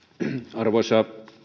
arvoisa